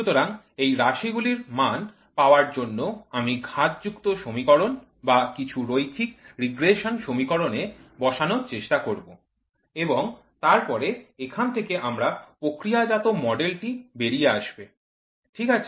সুতরাং এই রাশিগুলির মান পাওয়ার জন্য আমি ঘাত যুক্ত সমীকরণ বা কিছু রৈখিক রিগ্রেশন সমীকরণ এ বসানোর চেষ্টা করব এবং তারপরে এখান থেকে আপনার প্রক্রিয়াজাত মডেল টি বেরিয়ে আসবে ঠিক আছে